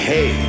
Hey